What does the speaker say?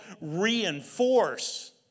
reinforce